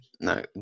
No